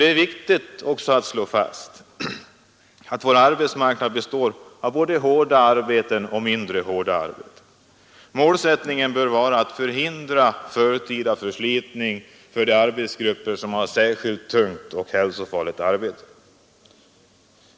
Det är viktigt att slå fast att vår arbetsmarknad består av både hårda och mindre hårda arbeten. Målsättningen bör vara att hindra förtida förslitning av de grupper som har särskilt tungt och hälsofarligt arbete.